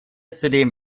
zudem